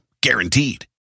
Guaranteed